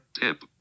Tip